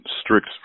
strict